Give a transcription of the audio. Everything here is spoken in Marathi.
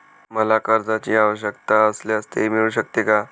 मला कर्जांची आवश्यकता असल्यास ते मिळू शकते का?